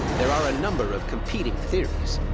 there are a number of competing theories.